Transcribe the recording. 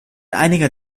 einiger